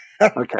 Okay